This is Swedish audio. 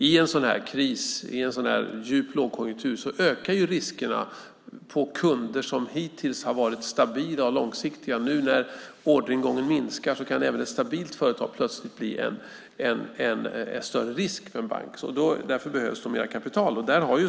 I en sådan här djup lågkonjunktur ökar risker med kunder som hittills har varit stabila och långsiktiga. När orderingången minskar kan även ett stabilt företag plötsligt bli en större risk för en bank. Därför behövs det mer kapital.